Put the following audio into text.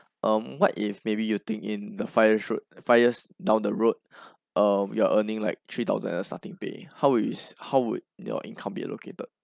um what if maybe you think in the five years road five years down the road you are earning like three thousand at the starting pay how is how would your income be allocated